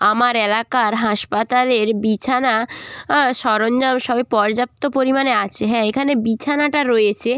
আমার এলাকার হাসপাতালের বিছানা সরঞ্জাম সবই পর্যাপ্ত পরিমাণে আছে হ্যাঁ এখানে বিছানাটা রয়েছে